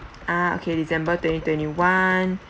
uh okay december twenty twenty one